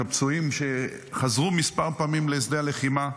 את הפצועים שחזרו מספר פעמים לשדה הלחימה,